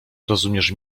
rozumiesz